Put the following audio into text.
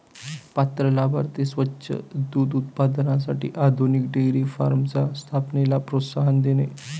पात्र लाभार्थी स्वच्छ दूध उत्पादनासाठी आधुनिक डेअरी फार्मच्या स्थापनेला प्रोत्साहन देणे